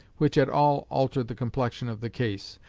which at all altered the complexion of the case.